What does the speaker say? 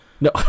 No